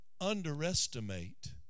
underestimate